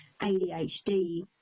adhd